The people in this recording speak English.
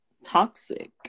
toxic